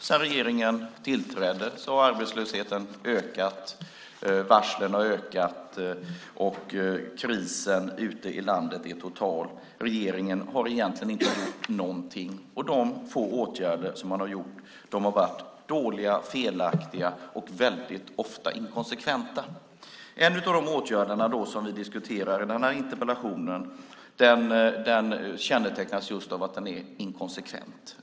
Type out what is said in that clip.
Sedan regeringen tillträdde har arbetslösheten ökat, liksom varslen, och krisen ute i landet är total. Regeringen har egentligen inte gjort någonting, och de få åtgärder som man har vidtagit har varit dåliga, felaktiga och väldigt ofta inkonsekventa. En av de åtgärder som vi diskuterar i den här interpellationen kännetecknas just av att den är inkonsekvent.